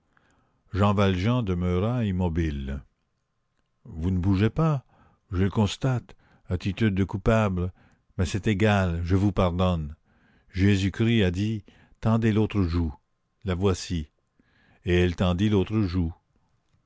jean valjean demeura immobile vous ne bougez pas je le constate attitude de coupable mais c'est égal je vous pardonne jésus-christ a dit tendez l'autre joue la voici et elle tendit l'autre joue